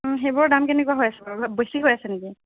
সেইবোৰৰ দাম কেনেকুৱা হৈ আছে বাৰু বেছি হৈ আছে নেকি